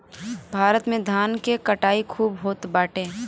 भारत में धान के कटाई खूब होत बाटे